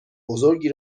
بزرگی